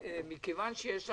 אני רוצה להודות